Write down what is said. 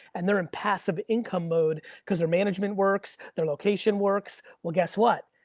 and they're in passive income mode cause their management works, their location works, well, guess what?